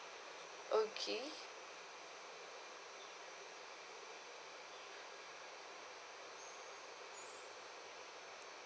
okay